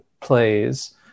plays